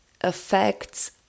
affects